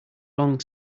long